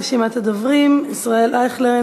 רשימת הדוברים: ישראל אייכלר,